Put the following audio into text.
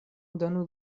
donu